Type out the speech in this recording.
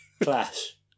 clash